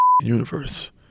universe